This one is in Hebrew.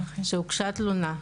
שהוגשה תלונה.